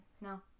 No